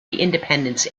independence